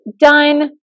done